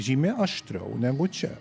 žymiai aštriau negu čia